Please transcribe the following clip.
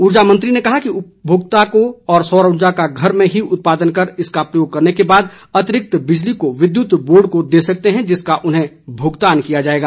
उर्जा मंत्री ने कहा कि उपभोक्ता सौर उर्जा का घर में ही उत्पादन कर उसका प्रयोग करने के बाद अतिरिक्त बिजली को विद्युत बोर्ड को दे सकते हैं जिसका उन्हें भुगतान किया जाएगा